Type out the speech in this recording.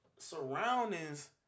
Surroundings